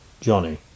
Johnny